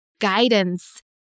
guidance